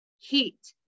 Heat